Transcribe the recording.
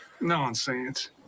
Nonsense